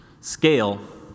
scale